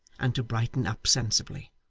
and to brighten up sensibly.